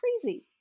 crazy